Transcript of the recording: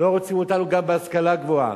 לא רוצים אותנו גם בהשכלה גבוהה.